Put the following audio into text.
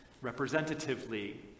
representatively